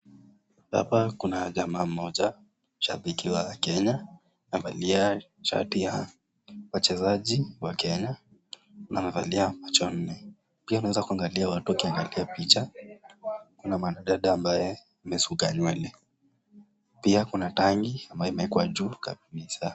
Hapa kuna jamaa mmoja shabiki wa kenya amevalia shati ya wachezaji wa kenya na amevalia macho nne. Pia naweza angalia watu wakiangalia picha kuna mwanadada ambay amesuka nywele pia kuna tenki ambayo imewekwa juu kabisa.